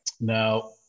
Now